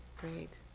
Great